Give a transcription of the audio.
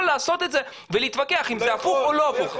לעשות את זה ולהתווכח אם זה הפוך או לא הפוך.